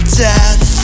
death